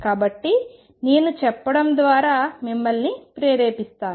కాబట్టి నేను చెప్పడం ద్వారా మిమ్మల్ని ప్రేరేపిస్తాను